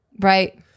Right